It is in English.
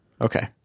Okay